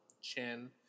chin